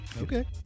okay